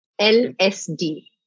LSD